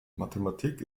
mathematik